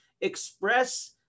express